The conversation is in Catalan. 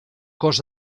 cos